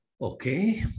okay